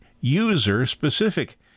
user-specific